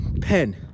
pen